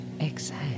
exhale